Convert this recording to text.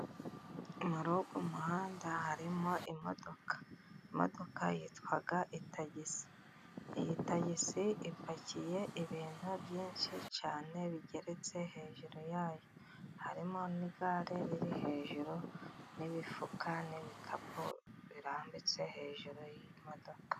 Muri uyu umuhanda harimo imodoka, imodoka yitwa itagisi, iyi tagisi ipakiye ibintu byinshi cyane bigeretse hejuru yayo, harimo n'igare riri hejuru n'imifuka n'ibikapu birambitse hejuru y'imodoka.